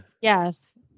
Yes